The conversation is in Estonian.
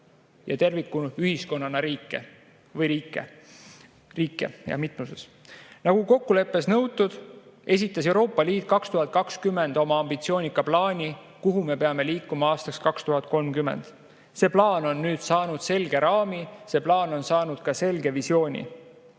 ja tervikuna ühiskonnaga riikidest. Nagu kokkuleppes nõutud, esitas Euroopa Liit 2020. aastal oma ambitsioonika plaani, kuhu me peame liikuma aastaks 2030. See plaan on nüüd saanud selge raami, see plaan on saanud ka selge visiooni.